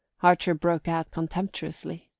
archer broke out contemptuously.